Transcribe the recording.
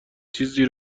چیزی